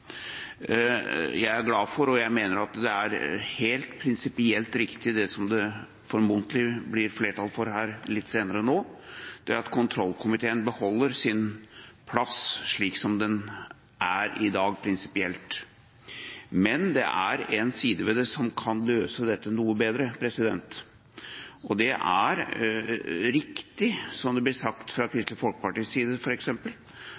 Jeg er glad for og jeg mener at det er helt prinsipielt riktig det som det formodentlig blir flertall for her litt senere, at kontroll- og konstitusjonskomiteen beholder sin plass slik som den er i dag, prinsipielt sett. Men det er én side ved det som kan løse dette noe bedre. Det er riktig som det ble sagt fra